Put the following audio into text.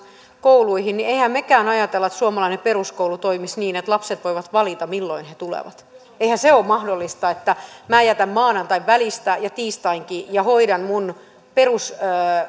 kouluihin niin emmehän mekään ajattele että suomalainen peruskoulu toimisi niin että lapset voivat valita milloin he tulevat eihän se ole mahdollista että minä jätän maanantain välistä ja tiistainkin ja hoidan minun